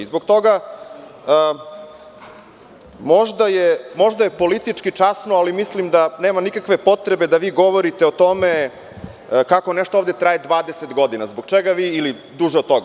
Zbog toga, možda je politički časno, ali mislim da nema nikakve potrebe da vi govorite o tome kako nešto ovde traje 20 godina ili duže od toga.